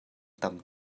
tam